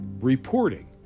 reporting